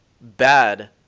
bad